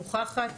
מוכחת.